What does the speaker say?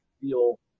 feel